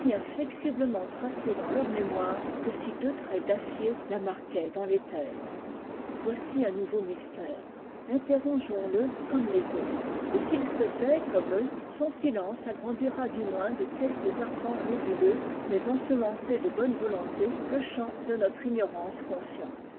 inflexiblement tracée dans leur mémoire que si deux traits d'acier la marquaient dans téther voici un nouveau mystère interrogeons le comme les autres et s'il se tait comme eux son silence agrandira du moins de quelques arpents nébuleux mais ensemencés de bonne volonté le champ de notre ignorance consciente